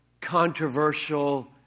controversial